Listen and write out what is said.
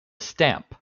stamp